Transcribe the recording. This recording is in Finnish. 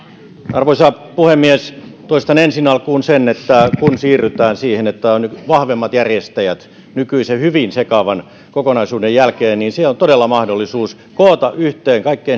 arvoisa puhemies toistan ensi alkuun sen että kun siirrytään siihen että on vahvemmat järjestäjät nykyisen hyvin sekavan kokonaisuuden jälkeen niin siinä on todella mahdollisuus koota yhteen kaikkein